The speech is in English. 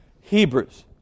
Hebrews